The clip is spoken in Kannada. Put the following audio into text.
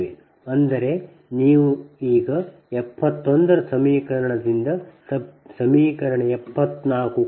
ಅಂದರೆ ಈಗ ನೀವು 71 ರ ಸಮೀಕರಣದಿಂದ ಸಮೀಕರಣ 74 ಅನ್ನು ಕಳೆಯಿರಿ